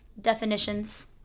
Definitions